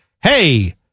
hey